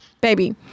Baby